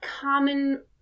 common